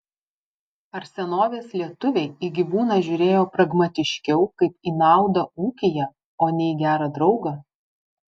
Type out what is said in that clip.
ar senovės lietuviai į gyvūną žiūrėjo pragmatiškiau kaip į naudą ūkyje o ne į gerą draugą